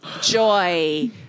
joy